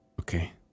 Okay